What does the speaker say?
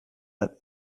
that